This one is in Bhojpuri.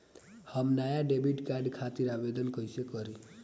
हम नया डेबिट कार्ड खातिर आवेदन कईसे करी?